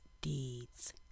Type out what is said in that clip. deeds